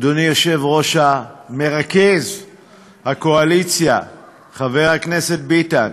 אדוני יושב-ראש מרכז הקואליציה חבר הכנסת ביטן,